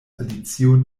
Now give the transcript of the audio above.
alicio